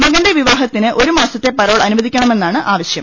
മകന്റെ വിവാഹത്തിന് ഒരു മാസത്തെ പ്രോൾ അനുവദിക്കണമെന്നാണ് ആവശ്യം